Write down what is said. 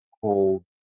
called